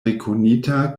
rekonita